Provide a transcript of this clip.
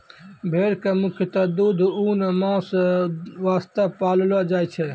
भेड़ कॅ मुख्यतः दूध, ऊन, मांस वास्तॅ पाललो जाय छै